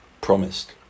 promised